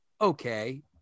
okay